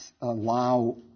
allow